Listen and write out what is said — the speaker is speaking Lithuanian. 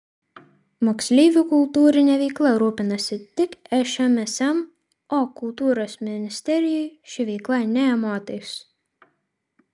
moksleivių kultūrine veikla rūpinasi tik šmsm o kultūros ministerijai ši veikla nė motais